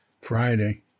Friday